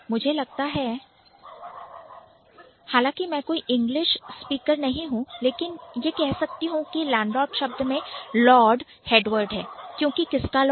मुझे लगता है हालांकि मैं कोई English Speaker इंग्लिश स्पीकर नहीं हूं लेकिन यह कह सकती हूं कि Landlord शब्द में Lord हेडवर्ड है क्योंकि किसका लॉर्ड